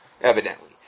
evidently